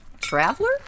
Traveler